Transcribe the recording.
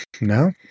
No